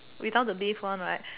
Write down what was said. without the leave one right